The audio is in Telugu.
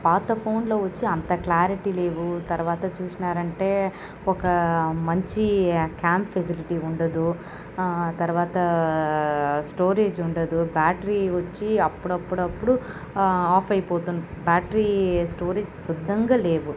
పాత ఫోన్లో వచ్చి అంత క్లారిటీ లేవు తర్వాత చూసినారంటే ఒక మంచి క్యామ్ ఫెసిలిటీ ఉండదు ఆ తర్వాత స్టోరీజ్ ఉండదు బ్యాటరీ వచ్చి అప్పుడప్పుడు ఆఫ్ అయిపోతుంది బ్యాటరీ స్టోరీజ్ సుద్దంగా లేవు